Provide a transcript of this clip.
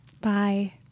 Bye